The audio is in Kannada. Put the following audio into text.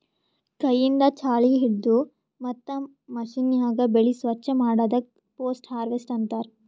ಕೈಯಿಂದ್ ಛಾಳಿ ಹಿಡದು ಮತ್ತ್ ಮಷೀನ್ಯಾಗ ಬೆಳಿ ಸ್ವಚ್ ಮಾಡದಕ್ ಪೋಸ್ಟ್ ಹಾರ್ವೆಸ್ಟ್ ಅಂತಾರ್